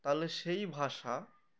তাহলে সেই ভাষা